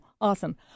awesome